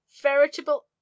veritable